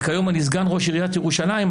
וכיום אני סגן ראש עיריית ירושלים.